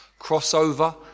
crossover